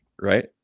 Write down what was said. right